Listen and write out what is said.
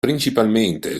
principalmente